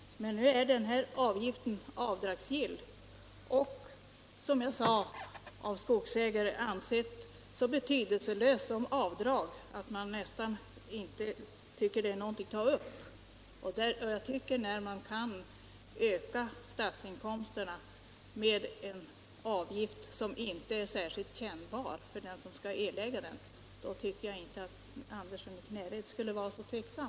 Ja, men nu är den här avgiften avdragsgill och, som jag sade, av skogsägare ansedd som så betydelselös som avdrag att de knappast tycker att den är någonting att ta upp. När man kan öka statsinkomsterna genom att höja en avgift som inte är särskilt kännbar för dem som skall erlägga den, då tycker jag inte att herr Andersson behövde vara så tveksam.